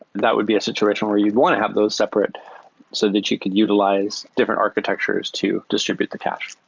that would be a situation where you'd want to have those separate so that you could utilize different architectures to distribute the cache.